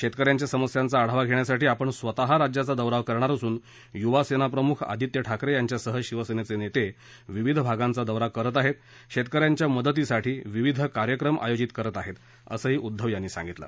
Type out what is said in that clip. शेतक यांच्या समस्यांचा आढावा घेण्यासाठी आपण स्वतः राज्याचा दौरा करणार असून यूवा सेना प्रमुख आदित्य ठाकरे यांच्यासह शिवसेना नेते विविध भागांचा दौरा करत आहेत शेतक यांच्या मदतीसाठी विविध कार्यक्रम आयोजित करत आहेत असंही उध्दव यांनी सांगितलं